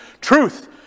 truth